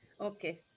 Okay